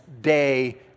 day